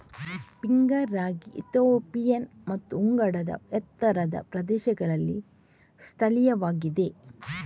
finger ರಾಗಿ Ethiopian ಮತ್ತು ಉಗಾಂಡಾದ ಎತ್ತರದ ಪ್ರದೇಶಗಳಿಗೆ ಸ್ಥಳೀಯವಾಗಿದೆ